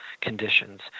conditions